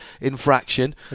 infraction